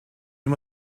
you